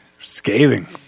Scathing